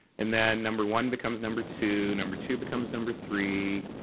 and then number one becomes number two. number two becomes number three.